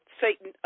Satan